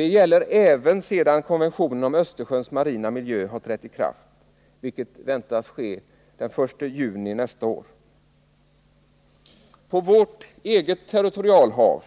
Det gäller även sedan konventionen om Östersjöns marina miljö har trätt i kraft, vilket väntas ske den 1 juni nästa år. På vårt eget territorialhav